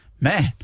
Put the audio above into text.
man